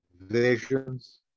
visions